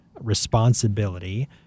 responsibility